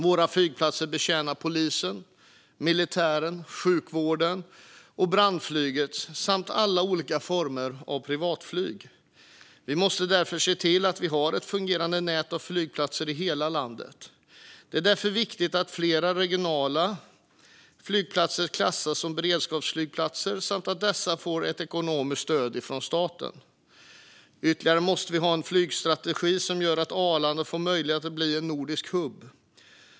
Våra flygplatser betjänar polisen, militären, sjukvården och brandflyget samt alla olika former av privatflyg. Vi måste därför se till att vi har ett fungerande nät av flygplatser i hela landet, och det är viktigt att fler regionala flygplatser klassas som beredskapsflygplatser samt att dessa får ett ekonomiskt stöd från staten. Vidare måste vi ha en flygstrategi som gör att Arlanda får möjlighet att bli en nordisk hubb.